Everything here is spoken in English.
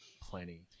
plenty